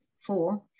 four